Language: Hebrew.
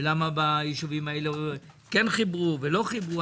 ולמה ביישובים האלה כן חיברו ולא חיברו.